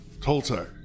Toltec